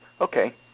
okay